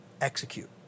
execute